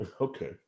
Okay